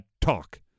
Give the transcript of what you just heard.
talk